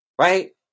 Right